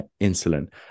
insulin